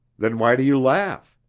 then why do you laugh?